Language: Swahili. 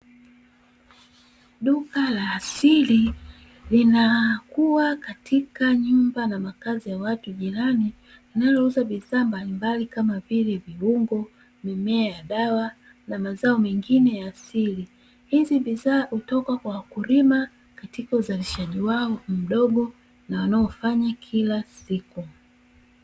Duka la asili lina kuwa katika nyumba na makazi ya watu jirani linalouza bidhaa mbalimbali kama vile viungo, mimea ya dawa na mazao mengine ya asili hizi bidhaa hutoka kwa wakulima katika uzalishaji wao mdogo na wanaofanya kila siku.